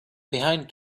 behind